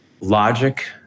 logic